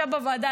ישב בוועדה,